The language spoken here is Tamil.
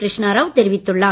கிருஷ்ணா ராவ் தெரிவித்துள்ளார்